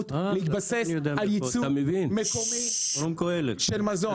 אפשרות להתבסס על ייצור מקומי של מזון,